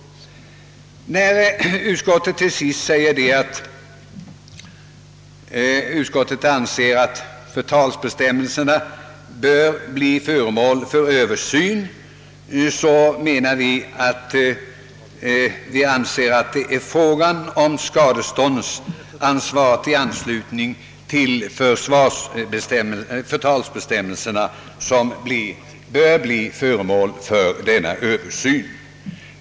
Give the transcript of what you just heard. Utskottet framhåller till sist att förtalsbestämmelserna bör bli föremål för översyn, medan vi reservanter menar att det är skadeståndsanvaret i anslutning till förtalsbestämmelserna som bör Överses. Herr talman!